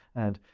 and,